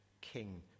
king